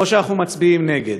או שאנחנו מצביעים נגד.